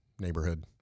neighborhood